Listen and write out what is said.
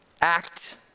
Act